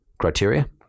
criteria